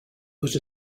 was